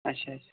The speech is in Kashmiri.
اچھا اچھا